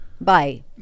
Bye